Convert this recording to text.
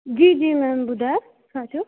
जी जी मैम ॿुधायो छा थियो